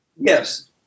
Yes